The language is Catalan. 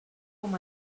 com